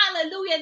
Hallelujah